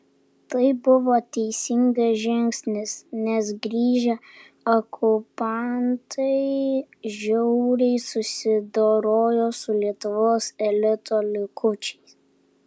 tai buvo teisingas žingsnis nes grįžę okupantai žiauriai susidorojo su lietuvos elito likučiais